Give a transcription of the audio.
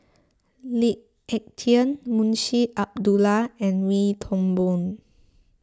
Lee Ek Tieng Munshi Abdullah and Wee Toon Boon